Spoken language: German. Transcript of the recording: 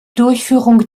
durchführung